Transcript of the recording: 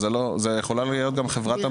אז זו יכולה להיות גם חברת אמבולנסים.